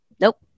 Nope